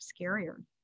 scarier